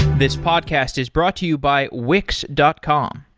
this podcast is brought to you by wix dot com.